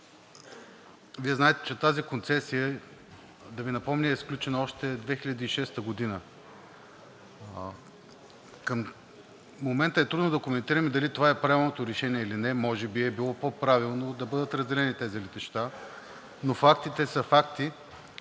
Вие знаете, че тази концесия – да Ви напомня, е сключена още 2006 г. Към момента е трудно да коментираме дали това е правилното решение или не, може би е било по-правилно да бъдат разделени тези летища, но фактите са факти,